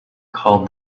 called